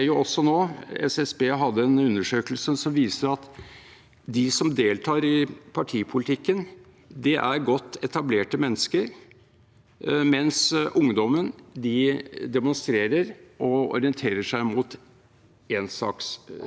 mens ungdommen demonstrerer og orienterer seg mot én-saks-temaer. Det går igjen ut over evnen til å diskutere kompliserte spørsmål – med respekt for mothensyn